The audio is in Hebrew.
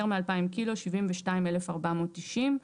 יותר מ-2,000 - 72,490 שקלים.